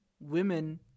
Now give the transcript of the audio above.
women